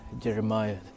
Jeremiah